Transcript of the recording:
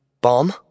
Bomb